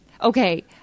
Okay